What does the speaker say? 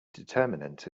determinant